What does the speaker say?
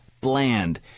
Bland